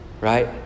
Right